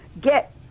get